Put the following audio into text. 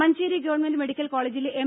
Manjeri government medical കോളജിലെ M